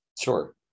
Sure